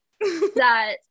that-